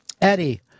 Eddie